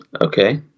okay